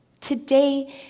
Today